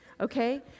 Okay